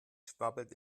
schwabbelt